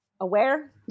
aware